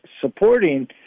supporting